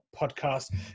podcast